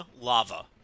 lava